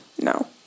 no